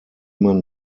man